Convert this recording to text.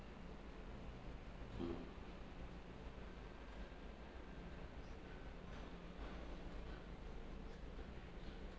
mm